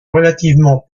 relativement